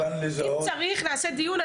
אם צריך אנחנו נעשה דיון,